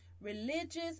religious